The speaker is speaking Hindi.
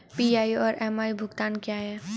पी.आई और एम.आई भुगतान क्या हैं?